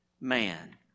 man